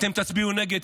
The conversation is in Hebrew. אתם תצביעו נגד,